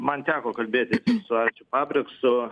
man teko kalbėti su arčiu pabriksu